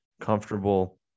comfortable